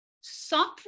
Suffer